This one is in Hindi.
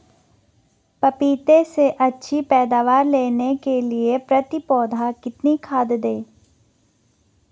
पपीते से अच्छी पैदावार लेने के लिए प्रति पौधा कितनी खाद दें?